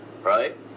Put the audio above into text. Right